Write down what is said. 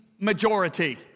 majority